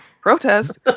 protest